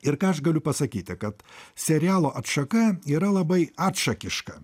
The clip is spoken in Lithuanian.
ir ką aš galiu pasakyti kad serialo atšaka yra labai atšakiška